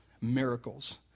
miracles